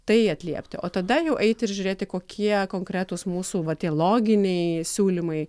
tai atliepti o tada jau eiti ir žiūrėti kokie konkretūs mūsų va tie loginiai siūlymai